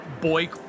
boy